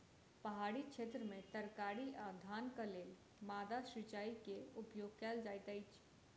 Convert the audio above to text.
पहाड़ी क्षेत्र में तरकारी आ धानक लेल माद्दा सिचाई के उपयोग कयल जाइत अछि